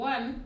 One